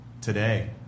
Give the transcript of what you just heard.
today